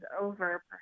over